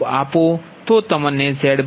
4916 10